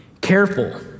careful